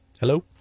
Hello